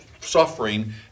suffering